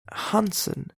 hansen